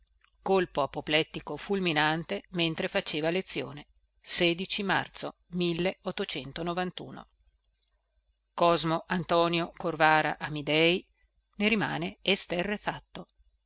colpo apoplettico fulminante mentre faceva lezione marzo osmo ntonio orvara midei ne rimane esterrefatto